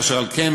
אשר על כן,